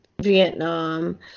Vietnam